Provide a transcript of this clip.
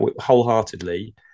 wholeheartedly